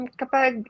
kapag